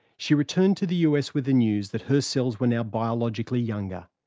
she returned to the us with the news that her cells were now biologically younger.